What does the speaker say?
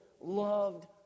loved